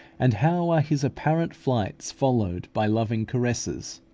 and how are his apparent flights followed by loving caresses!